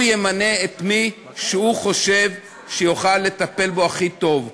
הוא ימנה את מי שהוא חושב שיוכל לטפל בו הכי טוב.